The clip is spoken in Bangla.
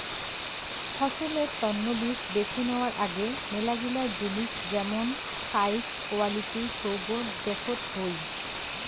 ফসলের তন্ন বীজ বেছে নেওয়ার আগে মেলাগিলা জিনিস যেমন সাইজ, কোয়ালিটি সৌগ দেখত হই